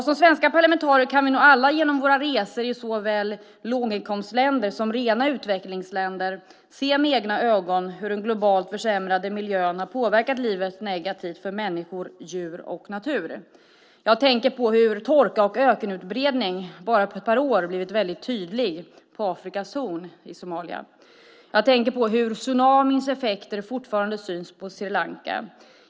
Som svenska parlamentariker kan vi nog alla genom våra resor i såväl låginkomstländer som rena utvecklingsländer se med egna ögon hur den globalt försämrade miljön har påverkat livet negativt för människor, djur och natur. Jag tänker på hur torka och ökenutbredning bara på ett par år har blivit tydlig på Afrikas horn i Somalia. Jag tänker på hur tsunamins effekter fortfarande syns på Sri Lanka.